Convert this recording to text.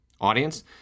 audience